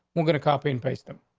we're gonna copy and paste them.